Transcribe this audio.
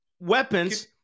Weapons